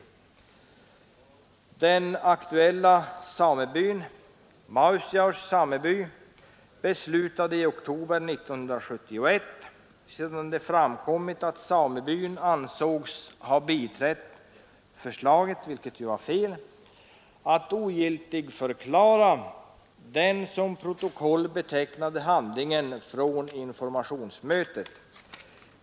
Den aktuella samebyn, Mausjaur sameby, beslutade i oktober 1971, sedan det framkommit att samebyn ansågs ha biträtt förslaget — vilket alltså var fel att ogiltigförklara den som protokoll betecknade handlingen från informationsmötet.